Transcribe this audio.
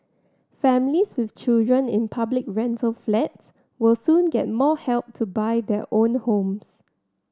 families with children in public rental flats will soon get more help to buy their own homes